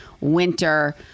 winter